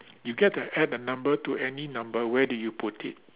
you get to add the number to any number where do you put it